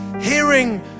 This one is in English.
hearing